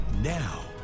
Now